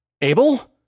Abel